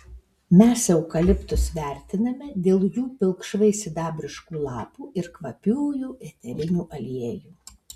mes eukaliptus vertiname dėl jų pilkšvai sidabriškų lapų ir kvapiųjų eterinių aliejų